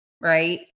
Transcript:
right